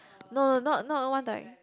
no no not not one-direc~